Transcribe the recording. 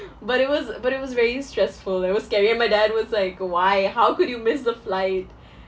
but it was but it was very stressful it was scary and my dad was like why how could you miss the flight